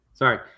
Sorry